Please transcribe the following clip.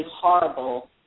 horrible